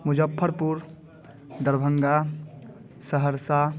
Muzaffarpur Darbhanga Saharsa